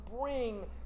bring